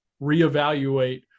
reevaluate